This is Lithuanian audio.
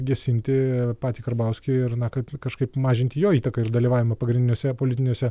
gesinti patį karbauskį ir na kad kažkaip mažinti jo įtaką ir dalyvavimą pagrindiniuose politiniuose